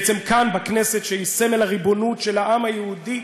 בעצם כאן בכנסת, שהיא סמל הריבונות של העם היהודי.